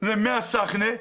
למי הסחנה,